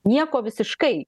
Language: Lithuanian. nieko visiškai